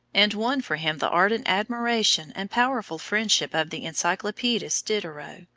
and won for him the ardent admiration and powerful friendship of the encyclopaedist diderot.